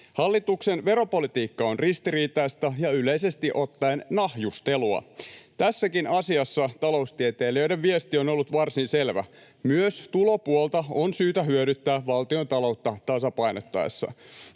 Hallituksen veropolitiikka on ristiriitaista ja yleisesti ottaen nahjustelua. Tässäkin asiassa taloustieteilijöiden viesti on ollut varsin selvä: myös tulopuolta on syytä hyödyntää valtiontaloutta tasapainottaessa.